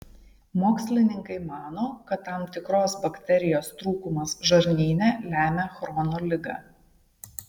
mokslininkai mano kad tam tikros bakterijos trūkumas žarnyne lemia chrono ligą